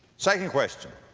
second question,